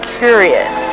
curious